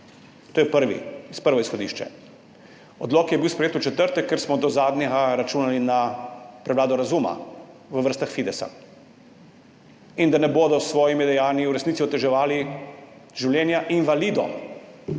To je prvo izhodišče. Odlok je bil sprejet v četrtek, ker smo do zadnjega računali na prevlado razuma v vrstah Fidesa in na to, da s svojimi dejanji ne bodo v resnici oteževali življenja invalidov.